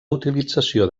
utilització